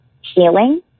healing